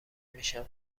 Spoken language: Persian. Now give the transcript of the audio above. میشم